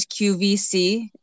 qvc